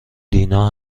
دینا